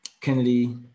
Kennedy